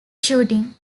shooting